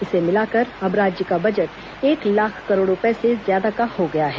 इसे मिलाकर अब राज्य का बजट एक लाख करोड़ रूपये से ज्यादा का हो गया है